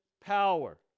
power